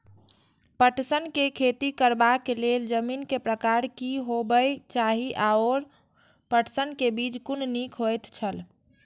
पटसन के खेती करबाक लेल जमीन के प्रकार की होबेय चाही आओर पटसन के बीज कुन निक होऐत छल?